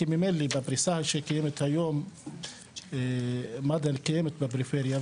כי ממילא בפריסה שקיימת היום מד"א קיימת בפריפריה,